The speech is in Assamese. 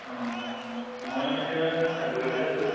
অ' মই এতিয়া চাকৰিতে আছোঁ